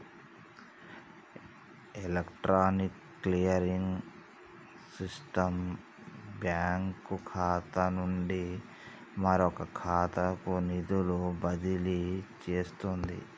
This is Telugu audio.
ఎలక్ట్రానిక్ క్లియరింగ్ సిస్టం బ్యాంకు ఖాతా నుండి మరొక ఖాతాకు నిధులు బదిలీ చేస్తుంది